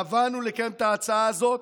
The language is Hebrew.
קבענו לקיים את ההצעה הזאת.